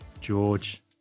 George